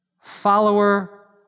follower